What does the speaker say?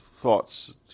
thoughts